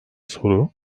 soru